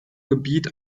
gebiet